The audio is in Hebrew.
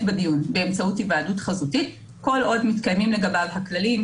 בדיון באמצעות היוועדות חזותית כל עוד מתקיימים לגביו הכללים,